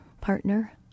partner